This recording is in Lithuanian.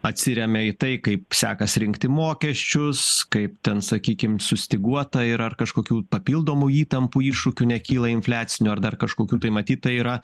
atsiremia į tai kaip sekas rinkti mokesčius kaip ten sakykim sustyguota ir ar kažkokių papildomų įtampų iššūkių nekyla infliacinių ar dar kažkokių tai matyt tai yra